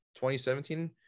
2017